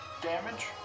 damage